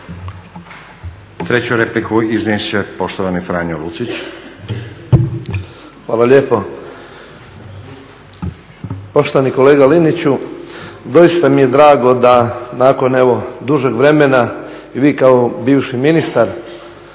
Treću repliku iznijet će poštovani Franjo Lucić. **Lucić, Franjo (HDZ)** Hvala lijepo. Poštovani kolega Liniću, doista mi je drago da nakon evo dužeg vremena vi kao bivši ministar